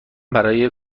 برای